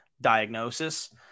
diagnosis